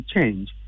change